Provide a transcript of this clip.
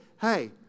hey